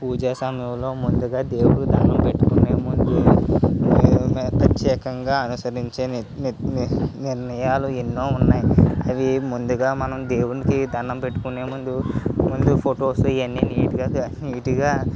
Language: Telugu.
పూజా సమయంలో ముందుగా దేవుడికి దండం పెట్టుకొనే ముందు ప్రత్యేకంగా అనుసరించే నిర్ నిర్ నిర్ణయాలు ఎన్నో ఉన్నాయి అవి ముందుగా మనం దేవునికి దండం పెట్టుకొనే ముందు ఫొటోస్ ఇవన్నీ నీట్గా నీట్గా